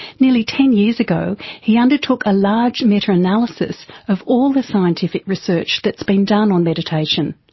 nearly ten years ago he undertook a large meta-analysis of all the scientific research that's been done on meditation,